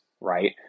right